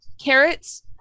Carrots